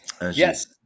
Yes